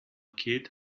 kid